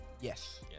Yes